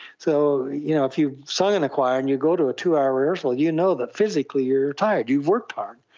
so you know if you've sung in a choir and you go to a two-hour rehearsal, you know that physically you're tired, you've worked hard.